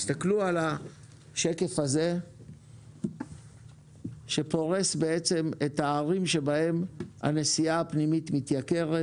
תסתכלו על השקף הזה שפורס את הערים בהן הנסיעה הפנימית מתייקרת.